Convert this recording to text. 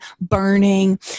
burning